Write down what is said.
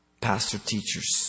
Pastor-teachers